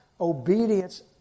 obedience